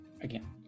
again